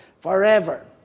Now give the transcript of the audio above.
forever